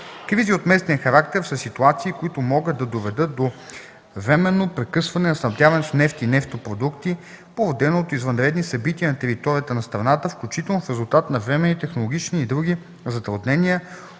„Кризи от местен характер” са ситуации, които могат да доведат до временно прекъсване на снабдяването с нефт и нефтопродукти, породено от извънредни събития на територията на страната, включително в резултат на временни технологични и други затруднения,